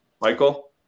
Michael